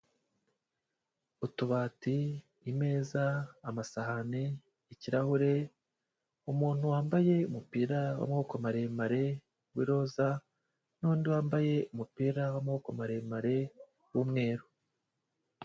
Utubati, imeza, amasahane, ikirahure, umuntu wambaye umupira w'amaboko maremare w'iroza n'undi wambaye umupira w'amaboko maremare w'umweru.